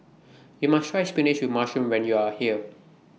YOU must Try Spinach with Mushroom when YOU Are here